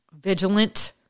vigilant